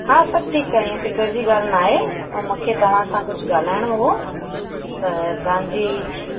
हा सभु ठीकु आहे ईअं फिकिरु जी ॻाल्हि न आहे मूंखे तव्हां सां कुझु ॻाल्हाइणो हो त तव्हांजी